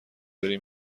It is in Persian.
بری